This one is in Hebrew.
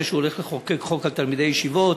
שהוא הולך לחוקק חוק על תלמידי ישיבות.